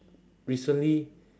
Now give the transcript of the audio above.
recently